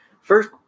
first